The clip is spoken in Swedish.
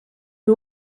hur